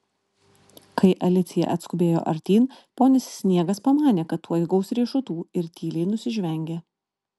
kai alicija atskubėjo artyn ponis sniegas pamanė kad tuoj gaus riešutų ir tyliai nusižvengė